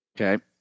Okay